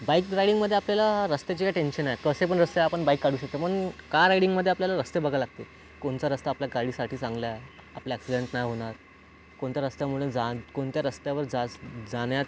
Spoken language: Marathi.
बाईक रायडिंगमध्ये आपल्याला रस्त्याचे ये टेंशन नाही कसे पण रस्ते आपण बाईक काढू शकतो म्हणून कार रायडिंगमध्ये आपल्याला रस्ते बघावं लागते कोणचा रस्ता आपल्या गाडीसाठी चांगला आहे आपल्या अॅक्सिडेंट नाही होणार कोणत्या रस्त्यामुळे जां कोणत्या रस्त्यावर जास जाण्यात